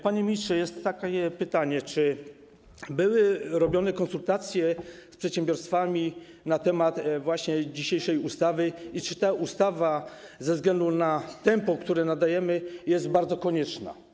Panie ministrze, jest takie pytanie, czy były przeprowadzane konsultacje z przedsiębiorstwami na temat właśnie dzisiejszej ustawy i czy ta ustawa ze względu na tempo, które nadajemy, jest bardzo konieczna.